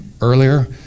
earlier